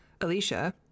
Alicia